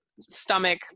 stomach